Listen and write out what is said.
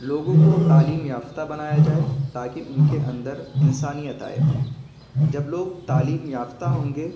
لوگوں کو تعلیم یافتہ بنایا جائے تاکہ ان کے اندر انسانیت آئے جب لوگ تعلیم یافتہ ہوں گے